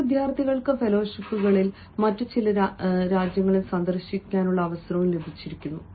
ചില വിദ്യാർത്ഥികൾക്ക് ഫെലോഷിപ്പുകളിൽ മറ്റ് ചില രാജ്യങ്ങൾ സന്ദർശിക്കാനുള്ള അവസരവും ലഭിക്കുന്നു